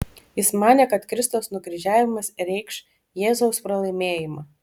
jis manė kad kristaus nukryžiavimas reikš jėzaus pralaimėjimą